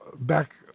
back